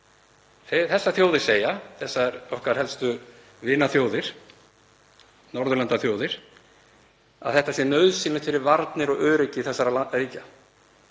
Þessar þjóðir segja, okkar helstu vinaþjóðir, Norðurlandaþjóðir, að NATO sé nauðsynlegt fyrir varnir og öryggi þessara ríkja.